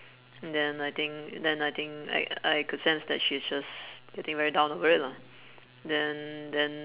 and then I think then I think I I could sense that she's just getting very down over it lah then then